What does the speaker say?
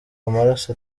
amaraso